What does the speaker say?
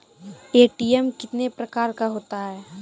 ATM कितने प्रकार का होता हैं?